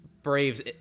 Brave's